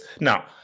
now